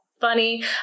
Funny